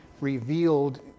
revealed